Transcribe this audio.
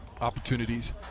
opportunities